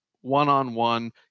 one-on-one